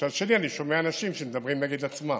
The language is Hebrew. מצד שני, אני שומע אנשים שמדברים נגד עצמם.